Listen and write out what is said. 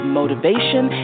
motivation